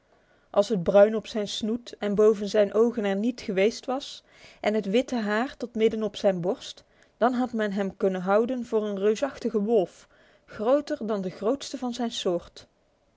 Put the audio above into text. als het bruin op zijn snoet en boven zijn ogen er niet geweest was en het witte haar tot midden op zijn borst dan had men hem kunnen houden voor een reusachtigen wolf groter dan de grootste van zijn soort